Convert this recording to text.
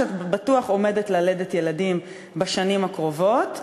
או שאת בטוח עומדת ללדת ילדים בשנים הקרובות.